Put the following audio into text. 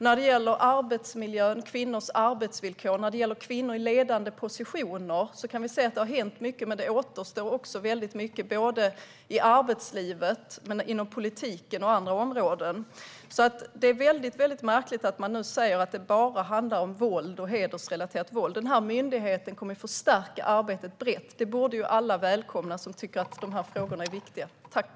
När det gäller arbetsmiljö, kvinnors arbetsvillkor och kvinnor i ledande positioner kan vi se att det har hänt mycket men också återstår väldigt mycket - i arbetslivet, inom politiken och på andra områden. Det är därför väldigt märkligt att man nu säger att det bara handlar om våld och hedersrelaterat våld. Den här myndigheten kommer att förstärka arbetet brett. Det borde alla som tycker att dessa frågor är viktiga välkomna.